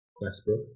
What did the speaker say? Westbrook